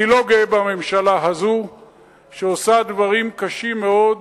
אני לא גאה בממשלה הזאת שעושה דברים קשים מאוד.